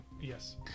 yes